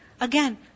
Again